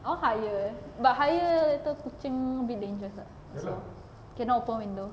I want higher but higher later kucing a bit dangerous lah cannot open window